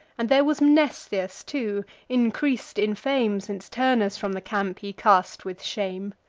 and there was mnestheus too, increas'd in fame, since turnus from the camp he cast with shame.